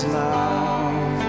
love